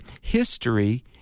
history